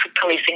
policing